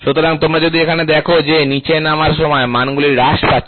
সুতরাং তোমরা যদি এখানে দেখ যে নীচে নামার সময় মানগুলি হ্রাস পাচ্ছে